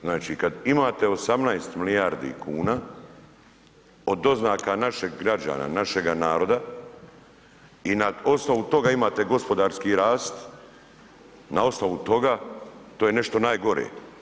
Znači kada imate 18 milijardi kuna od doznaka naših građana, našega naroda i na osnovu toga imate gospodarski rast, na osnovu toga to je nešto najgore.